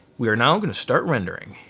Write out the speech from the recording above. we are now gonna start rendering.